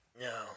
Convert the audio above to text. No